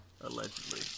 Allegedly